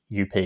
UP